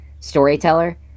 storyteller